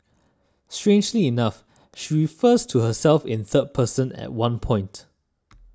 strangely enough she refers to herself in third person at one point